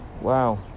wow